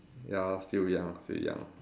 ya still young still young